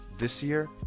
this year,